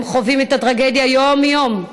הם חווים את הטרגדיה יום-יום,